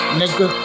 nigga